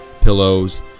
pillows